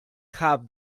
have